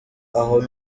aho